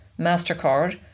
Mastercard